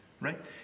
right